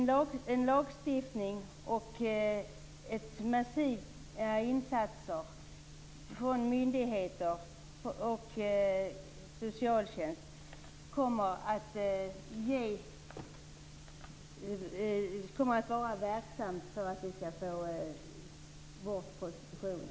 Både lagstiftning och massiva insatser från myndigheter och socialtjänst kommer att vara verksamma instrument när det gäller att få bort prostitutionen.